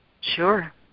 Sure